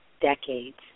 decades